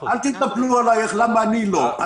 אל תתנפלו עליי למה אני לא.